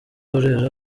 urera